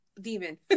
demon